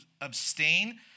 abstain